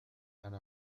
أنا